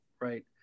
right